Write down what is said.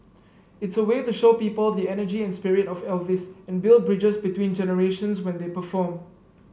it's a way to show people the energy and spirit of Elvis and build bridges between generations when they perform